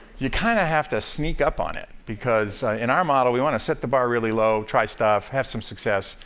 you kind of have to sneak up on it, because in our model, we want to set the bar really low, try stuff, have some success,